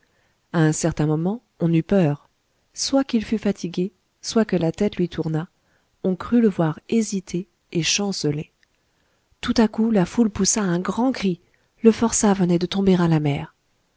à un certain moment on eut peur soit qu'il fût fatigué soit que la tête lui tournât on crut le voir hésiter et chanceler tout à coup la foule poussa un grand cri le forçat venait de tomber à la mer